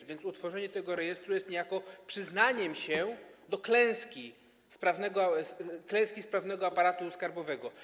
A więc utworzenie tego rejestru jest niejako przyznaniem się do klęski w kwestii sprawnego aparatu skarbowego.